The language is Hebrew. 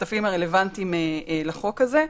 השותפים הרלוונטיים לחוק הזה.